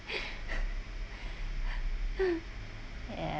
ya